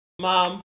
Mom